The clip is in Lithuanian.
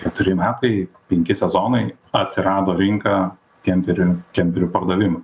keturi metai penki sezonai atsirado rinka kemperių kemperių pardavimų